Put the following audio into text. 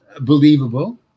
believable